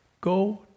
go